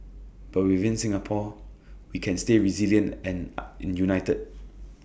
but within Singapore we can stay resilient and united